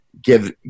give